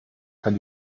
kann